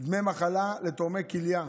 דמי מחלה לתורמי כליה,